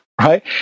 right